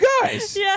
guys